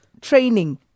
training